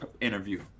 interview